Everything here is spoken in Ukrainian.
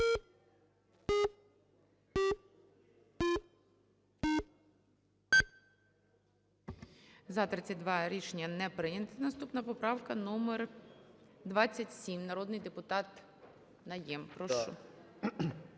За-32 Рішення не прийнято. Наступна - поправка номер 27. Народний депутат Найєм, прошу.